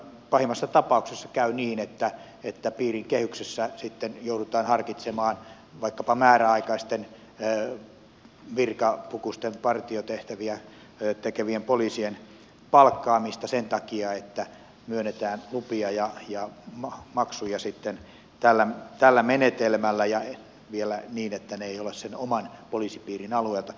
pahimmassa tapauksessa käy niin että piirin kehyksessä sitten joudutaan harkitsemaan vaikkapa määräaikaisten virkapukuisten partiotehtäviä tekevien poliisien palkkaamista sen takia että myönnetään lupia ja maksuja tällä menetelmällä ja vielä niin että ne eivät ole sen oman poliisipiirin alueelta